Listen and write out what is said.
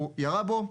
הוא ירה בו,